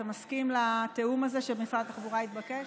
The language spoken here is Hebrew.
אתה מסכים לתיאום הזה שמשרד התחבורה מבקש?